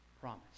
promise